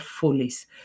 fullest